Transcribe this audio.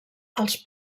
els